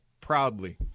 proudly